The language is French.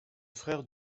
frère